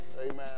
amen